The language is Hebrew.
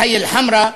בחיא אלחמרה,